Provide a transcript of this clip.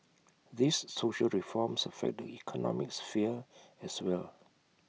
these social reforms affect the economic sphere as well